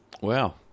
Wow